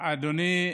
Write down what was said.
אדוני,